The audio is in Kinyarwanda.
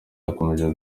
yakomeje